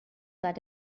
that